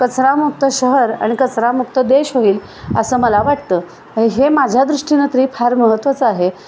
कचरामुक्त शहर आणि कचरामुक्त देश होईल असं मला वाटतं हे माझ्या दृष्टीने तरी फार महत्त्चं आहे